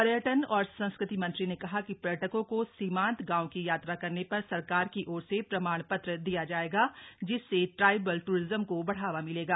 पर्यटन और संस्कृति मंत्री ने कहा कि पर्यटकों को सीमांत गांव की यात्रा करने पर सरकार की ओर से प्रमाण पत्र दिया जायेगा जिससे ट्राइबल टूरिज्म को बढ़ावा मिलेगा